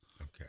Okay